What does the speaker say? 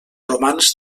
romans